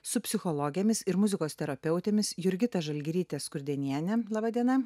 su psichologėmis ir muzikos terapeutėmis jurgita žalgirytė skurdenienė laba diena